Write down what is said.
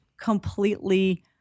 completely